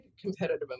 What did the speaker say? competitive